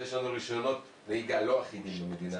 שיש לנו רישיונות נהיגה לא אחידים במדינה